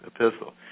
epistle